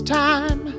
time